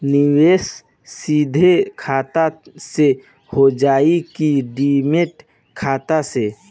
निवेश सीधे खाता से होजाई कि डिमेट खाता से?